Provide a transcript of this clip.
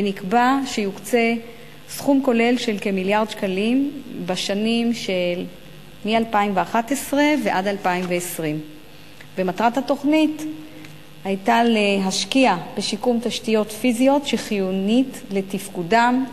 ונקבע שיוקצה סכום כולל של כמיליארד שקלים בשנים שמ-2011 ועד 2020. מטרת התוכנית היתה להשקיע בשיקום תשתיות פיזיות שחיוניות לתפקודם,